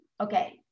okay